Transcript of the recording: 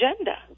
agenda